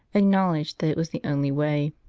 acknowledged that it was the only way.